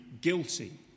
guilty